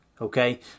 okay